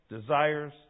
desires